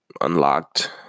unlocked